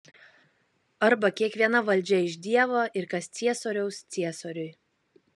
arba kiekviena valdžia iš dievo ir kas ciesoriaus ciesoriui